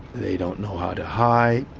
they don't know how to hide,